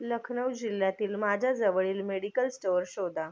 लखनौ जिल्ह्यातील माझ्याजवळील medical store शोधा